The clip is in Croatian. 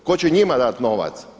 Tko će njima dati novac?